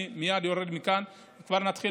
מייד כשאני יורד מכאן אני כבר מתחיל